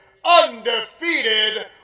undefeated